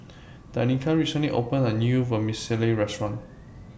Danica recently opened A New Vermicelli Restaurant